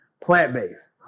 plant-based